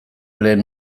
lehen